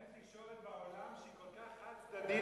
אין תקשורת בעולם שהיא כל כך חד-צדדית,